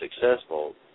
successful